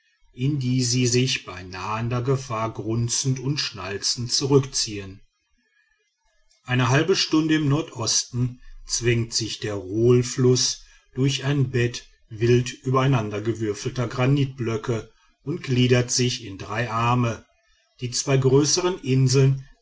in die sie sich bei nahender gefahr grunzend und schnalzend zurückziehen eine halbe stunde im nordosten zwängt sich der rohlfluß durch ein bett wild übereinandergewürfelter granitblöcke und gliedert sich in drei arme die zwei größern inseln